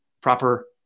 proper